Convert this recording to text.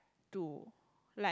to